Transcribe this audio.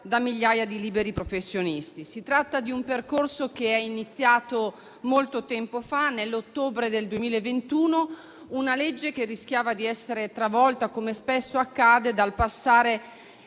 da migliaia di liberi professionisti. Si tratta di un percorso iniziato molto tempo fa, nell'ottobre 2021, pertanto è una legge che rischiava di essere travolta, come spesso accade, dal cambio